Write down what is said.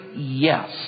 yes